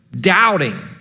doubting